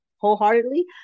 wholeheartedly